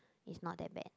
it's not that bad